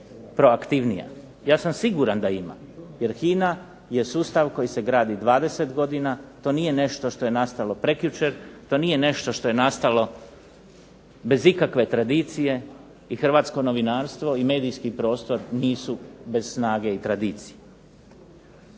Ja sam siguran da ima, jer HINA je sustav koji se gradi 20 godina, to nije nešto što je nastalo prekjučer, to nije nešto što je nastalo bez ikakve tradicije, i hrvatsko novinarstvo i medijski prostor nisu bez snage i tradicije.